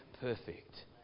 perfect